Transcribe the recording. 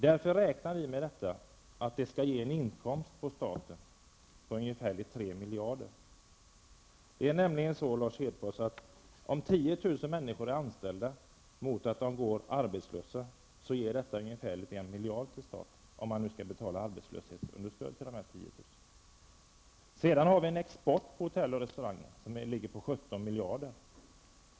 Därför räknar vi med att en sänkning av turistmomsen skall ge en inkomst till staten på ungefär 3 miljarder. Det är nämligen på det sättet, Lars Hedfors, att om 10 000 människor har jobb i stället för att gå arbetslösa ger detta ungefär 1 miljard till staten, om man räknar med att arbetslöshetsunderstöd betalas ut till dessa människor när de inte har jobb. Sedan har vi en export när det gäller hotell och restaurang på 17 miljarder.